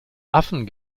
affen